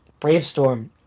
Bravestorm